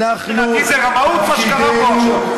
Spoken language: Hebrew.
מבחינתי זה רמאות, מה שקרה פה עכשיו.